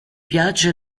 piace